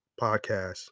podcast